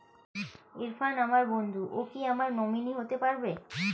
ইরফান আমার বন্ধু ও কি আমার নমিনি হতে পারবে?